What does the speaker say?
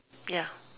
ya